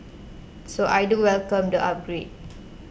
so I do welcome the upgrade